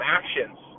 actions